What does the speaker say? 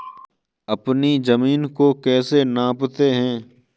अपनी जमीन को कैसे नापते हैं?